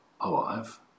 alive